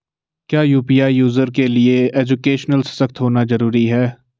क्या UPI user के लिए एजुकेशनल सशक्त होना जरूरी है?